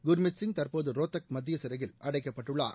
குர்மித் சிங் தற்போது ரோத்தக் மத்திய சிறையில் அடைக்கப்பட்டுள்ளார்